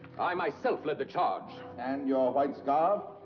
i myself led the charge. and your white scarf?